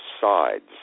sides